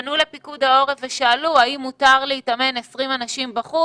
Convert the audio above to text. פנו לפיקוד העורף ושאלו האם מותר להתאמן 20 אנשים בחוץ?